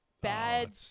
bad